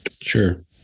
Sure